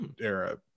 era